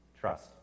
Trust